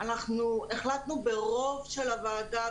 אנחנו החלטנו ברוב של הוועדה,